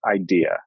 idea